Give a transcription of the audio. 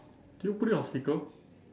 did you put it on speaker